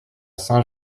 saint